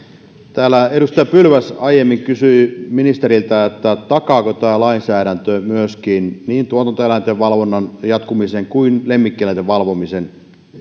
täällä edustaja pylväs aiemmin kysyi ministeriltä takaako tämä lainsäädäntö niin tuotantoeläinten valvonnan jatkumisen kuin lemmikkieläinten valvomisen